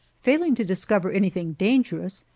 failing to discover anything dangerous,